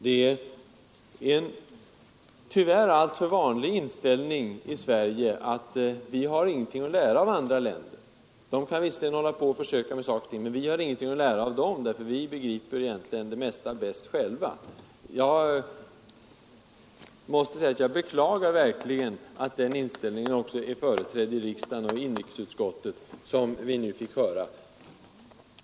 Det är en tyvärr alltför vanlig inställning i Sverige att vi inte har någonting att lära av andra länder; de kan visserligen hålla på och försöka med saker och ting, men vi har ingenting att lära av dem — vi begriper egentligen det mesta bäst själva. Jag beklagar verkligen att den inställningen är företrädd också i riksdagen och i inrikesutskottet, som vi nu fick höra.